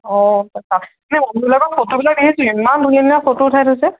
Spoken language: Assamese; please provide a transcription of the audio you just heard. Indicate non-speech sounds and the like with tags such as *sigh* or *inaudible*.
অঁ *unintelligible* ফটোবিলাক দেখিছোঁ ইমান ধুনিয়া ধুনিয়া ফটো উঠাই থৈছে